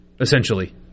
essentially